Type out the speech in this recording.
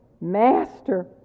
Master